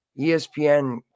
ESPN